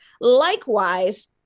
likewise